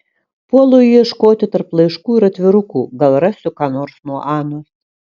puolu ieškoti tarp laiškų ir atvirukų gal rasiu ką nors nuo anos